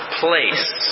place